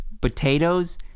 potatoes